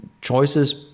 choices